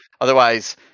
Otherwise